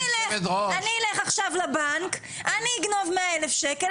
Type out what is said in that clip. אני אלך עכשיו לבנק אני אגנוב 100,000 ₪,